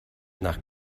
nach